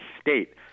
state